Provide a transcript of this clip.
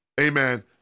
Amen